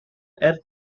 earth